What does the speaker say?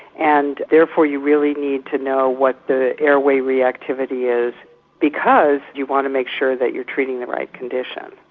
and therefore you really need to know what the airway reactivity is because you want to make sure that you're treating the right condition.